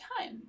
time